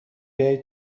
بیای